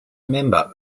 member